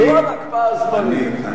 לא על הקפאה זמנית.